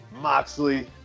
Moxley